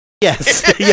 Yes